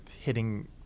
hitting